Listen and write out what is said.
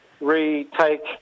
retake